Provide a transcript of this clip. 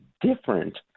different